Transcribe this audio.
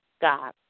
God